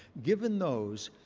given those,